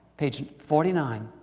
page forty nine,